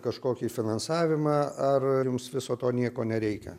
kažkokį finansavimą ar jums viso to nieko nereikia